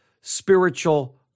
spiritual